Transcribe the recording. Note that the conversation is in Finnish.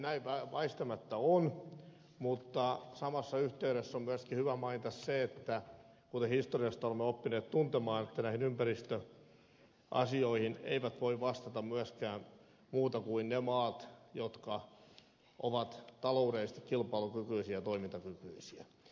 näin väistämättä on mutta samassa yhteydessä on myöskin hyvä mainita se kuten historiasta olemme oppineet tuntemaan että näihin ympäristöasioihin eivät voi vastata myöskään muut kuin ne maat jotka ovat taloudellisesti kilpailukykyisiä ja toimintakykyisiä